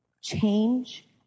change